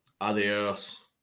Adios